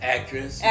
Actress